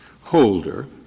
holder